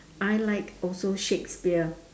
I like also shakespeare